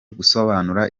gusobanura